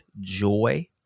joy